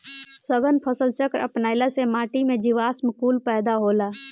सघन फसल चक्र अपनईला से माटी में जीवांश कुल पैदा होला